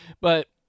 But-